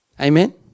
Amen